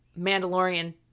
Mandalorian